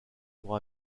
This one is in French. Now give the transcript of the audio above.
pour